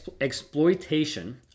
exploitation